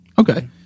Okay